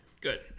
Good